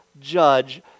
judge